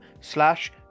slash